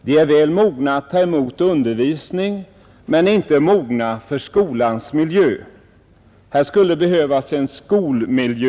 De är väl mogna att ta emot undervisning men inte mogna för skolans miljö.